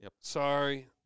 Sorry